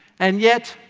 and yet,